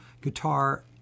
guitar